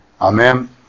Amen